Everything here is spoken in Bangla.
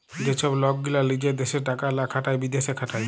যে ছব লক গীলা লিজের দ্যাশে টাকা লা খাটায় বিদ্যাশে খাটায়